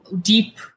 deep